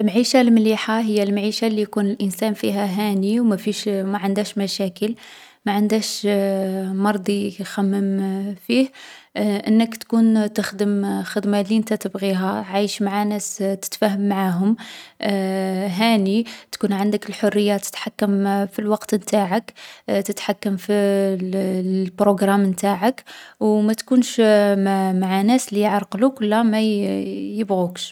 المعيشة المليحة هي المعيشة لي يكون فيها الانسان هاني و ما فيـ و ما عندهش مشاكل و ما عندهش مرض يـ يخمم فيه. أنك تكون تخدم خدمة لي انت تبغيها، عايش مع ناس تتفاهم معاهم، هاني، تكون عندك الحرية تتحكم في الوقت نتاعك، تتحكم في البروغرام نتاعك، و ما تكونش مع ناس لي يعرقلوك و لا ما يـ يبغوكش.